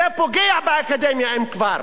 זה פוגע באקדמיה, אם כבר,